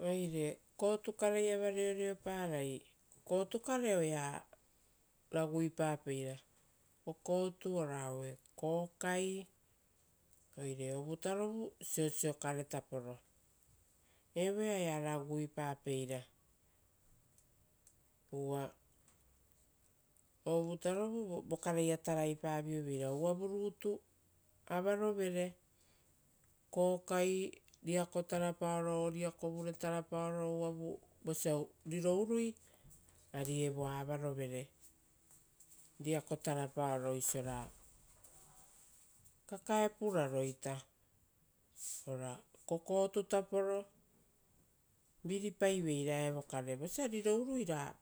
Oire kokotu kare lava reoreoparai. Kokotu kare okarea raguipapeira. Kokotu ora aue kokai, oire ovutarovu siosio kare taporo. Evoea oea raguipapeira uva ovutarovu vokareia taraipavioveira, uvavu rutu avarovere kokai riako tarapaopo uvavu avavere. Vosa riro urui ari evoa avarovere riako tarapaoro osiora kakae puraroita ora kokotu taporo. Viripaiveira evokare, vosa riro urui ra